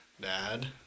Dad